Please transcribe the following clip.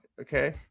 okay